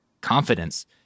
confidence